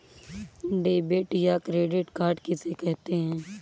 Debit या credit card किसे कहते हैं?